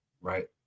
Right